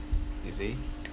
you see